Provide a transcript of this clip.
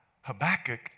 Habakkuk